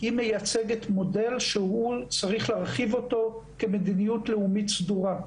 מייצגת מודל שצריך להרחיב אותו כמדיניות לאומית סדורה.